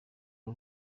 ari